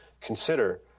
consider